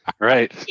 Right